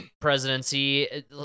presidency